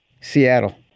Seattle